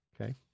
okay